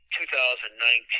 2019